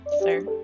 Sir